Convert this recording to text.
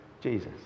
Jesus